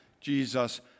Jesus